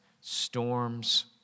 storms